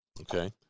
Okay